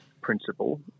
principle